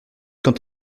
quand